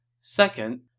Second